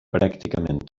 pràcticament